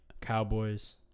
Cowboys